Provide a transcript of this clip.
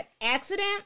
accident